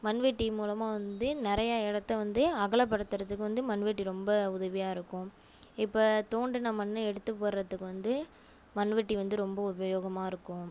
மண்வெட்டி மூலமாக வந்து நிறையா இடத்த வந்து அகலப்படுத்துகிறதுக்கும் வந்து மண்வெட்டி ரொம்ப உதவியாக இருக்கும் இப்போ தோண்டின மண்ணை எடுத்து போடுறதுக்கு வந்து மண் வெட்டி வந்து ரொம்ப உபயோகமாக இருக்கும்